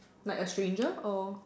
like a stranger or